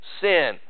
sin